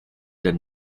than